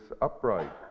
upright